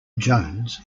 jones